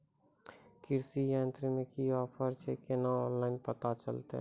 कृषि यंत्र मे की ऑफर छै केना ऑनलाइन पता चलतै?